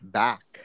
back